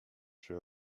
czy